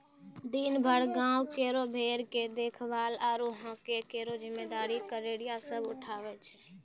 दिनभर गांवों केरो भेड़ के देखभाल आरु हांके केरो जिम्मेदारी गड़ेरिया सब उठावै छै